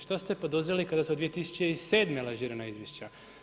Što ste poduzeli kada su 2007. lažirana izvješća?